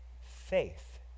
faith